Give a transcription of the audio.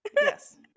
yes